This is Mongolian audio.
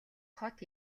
хот